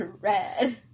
Red